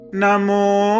Namo